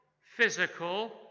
physical